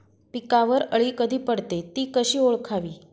पिकावर अळी कधी पडते, ति कशी ओळखावी?